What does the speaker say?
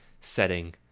setting